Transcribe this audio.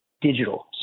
digital